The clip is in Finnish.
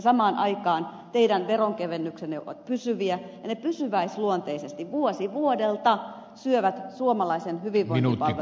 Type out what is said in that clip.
samaan aikaan teidän veronkevennyksenne ovat pysyviä ja ne pysyväisluonteisesti vuosi vuodelta syövät suomalaisten hyvinvointipalveluiden rahoituspohjaa